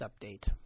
update